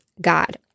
God